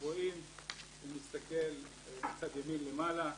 אם נסתכל מצד ימין למעלה,